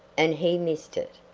and he missed it.